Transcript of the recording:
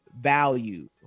value